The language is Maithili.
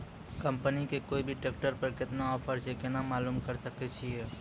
कंपनी के कोय भी ट्रेक्टर पर केतना ऑफर छै केना मालूम करऽ सके छियै?